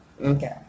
Okay